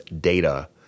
data